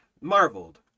marveled